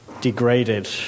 degraded